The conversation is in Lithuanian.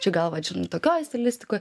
čia gal va tokioj stilistikoj